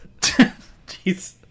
Jeez